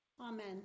Amen